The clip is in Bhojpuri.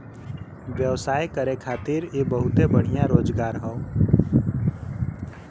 व्यवसाय करे खातिर इ बहुते बढ़िया रोजगार हौ